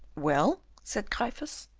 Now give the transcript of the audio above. well? said gryphus.